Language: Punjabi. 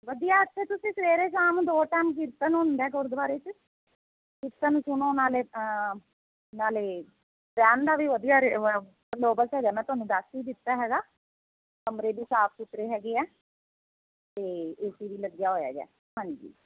ਵਧੀਆ ਇੱਥੇ ਤੁਸੀਂ ਸਵੇਰੇ ਸ਼ਾਮ ਦੋ ਟਾਈਮ ਕੀਰਤਨ ਹੁੰਦਾ ਗੁਰਦੁਆਰੇ 'ਚ ਕੀਰਤਨ ਸੁਣੋ ਨਾਲੇ ਨਾਲੇ ਰਹਿਣ ਦਾ ਵੀ ਵਧੀਆ ਰੇ ਬੰਦੋਬਸਤ ਹੈਗਾ ਮੈਂ ਤੁਹਾਨੂੰ ਦੱਸ ਹੀ ਦਿੱਤਾ ਹੈਗਾ ਕਮਰੇ ਵੀ ਸਾਫ਼ ਸੁਥਰੇ ਹੈਗੇ ਆ ਅਤੇ ਏ ਸੀ ਵੀ ਲੱਗਿਆ ਹੋਇਆ ਹੈਗਾ ਹਾਂਜੀ